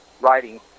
writing